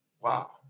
wow